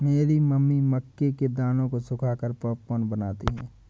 मेरी मम्मी मक्के के दानों को सुखाकर पॉपकॉर्न बनाती हैं